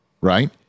right